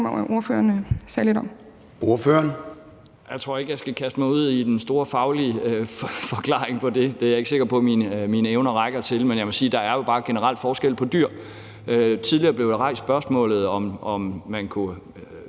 Pedersen (V): Jeg tror ikke, jeg skal kaste mig ud i den store faglige forklaring på det; det er jeg ikke sikker på at mine evner rækker til. Men jeg må sige, at der jo bare generelt er forskel på dyr. Tidligere blev der rejst spørgsmålet om, om man kunne